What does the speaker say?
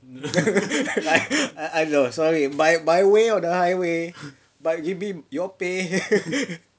err no sorry by by way or the highway but give me your pay